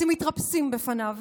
אתם מתרפסים בפניו.